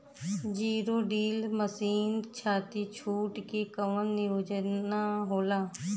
Zero डील मासिन खाती छूट के कवन योजना होला?